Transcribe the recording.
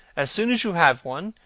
as soon as you have one,